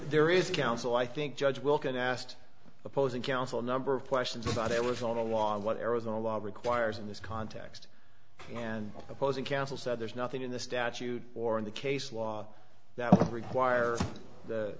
there is counsel i think judge will get asked opposing counsel number of questions about it was all along what arizona law requires in this context and opposing counsel said there's nothing in the statute or in the case law that require